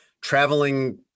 traveling